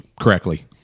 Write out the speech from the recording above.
correctly